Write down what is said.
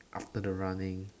after the running